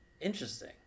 Interesting